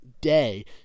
day